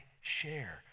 share